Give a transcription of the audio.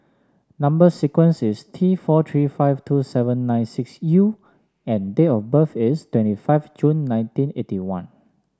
number sequence is T four three five two seven nine six U and date of birth is twenty five June nineteen eighty one